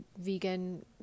vegan